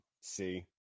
see